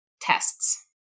tests